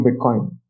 Bitcoin